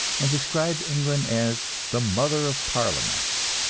and describe england as the mother of parliaments.